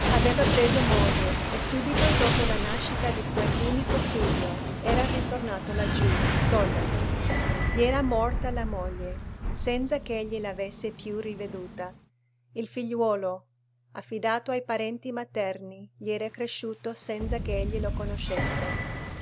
aveva preso moglie e subito dopo la nascita di quell'unico figlio era ritornato laggiù solo gli era morta la moglie senza ch'egli l'avesse più riveduta il figliuolo affidato ai parenti materni gli era cresciuto senza che egli lo conoscesse